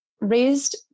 raised